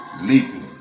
leaping